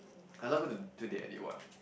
I am not going to do the edit work